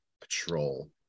Patrol